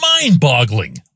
mind-boggling